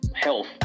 health